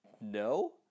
no